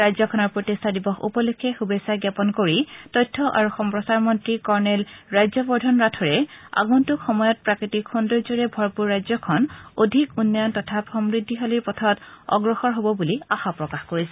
ৰাজ্যখনৰ প্ৰতিষ্ঠা দিৱস উপলক্ষে শুভেচ্ছা জাপন কৰি তথ্য আৰু সম্প্ৰচাৰ মন্ত্ৰী কৰ্ণেল ৰাজ্যবৰ্ধন ৰাথোড়ে আগন্তুক সময়ত প্ৰাকৃতিক সৌন্দৰ্যৰে ভৰপূৰ ৰাজ্যখন অধিক উন্নয়ন তথা সমূদ্ৰিশালীৰ পথত অগ্ৰসৰ হ'ব বুলি আশা প্ৰকাশ কৰিছে